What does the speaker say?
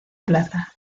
plaza